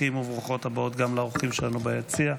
גם לאורחים שלנו ביציע.